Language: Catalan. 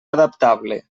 adaptable